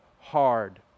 hard